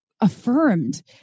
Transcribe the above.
affirmed